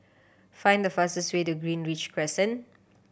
find the fastest way to Greenridge Crescent